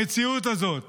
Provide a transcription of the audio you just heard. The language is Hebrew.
המציאות הזאת